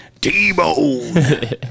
T-bone